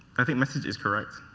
i think message is correct.